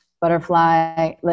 Butterfly